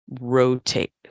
rotate